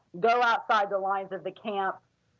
go outside the lines of the camp,